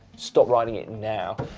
stop riding it now.